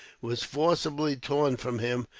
was forcibly torn from him,